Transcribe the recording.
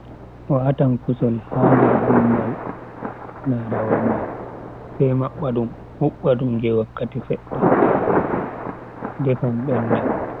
Watan kusel ha nder gumbal na'arawol man, sai mabba dum, hubba dum je wakkati sedda defan benda.